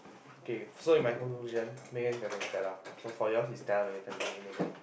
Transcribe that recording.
okay so in my conclusion Megan is better than Stella so for yours is Stella better than Megan